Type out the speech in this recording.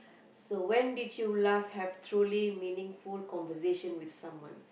so when did you last have truly meaningful conversation with someone